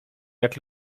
jak